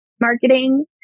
marketing